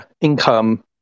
income